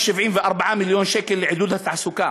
174 מיליון שקל לעידוד התעסוקה